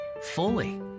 fully